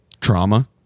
trauma